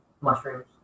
mushrooms